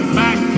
back